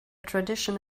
tradition